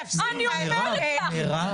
תפסיקי --- מירב, מירב.